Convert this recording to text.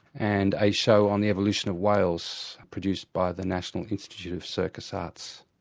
and a show on the evolution of whales produced by the national institute of circus arts.